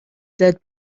dead